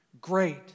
Great